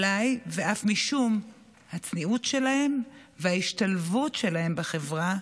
אולי אף משום הצניעות שלהם וההשתלבות שלהם בחברה,